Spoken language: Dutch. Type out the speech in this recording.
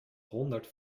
honderd